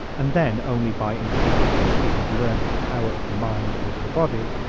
and then only by individuals who have learned the power of the mind over the body.